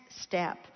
step